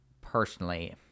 personally